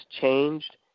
changed